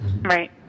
Right